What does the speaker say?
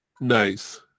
Nice